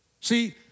See